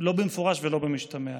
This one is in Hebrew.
לא במפורש ולא במשתמע.